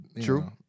true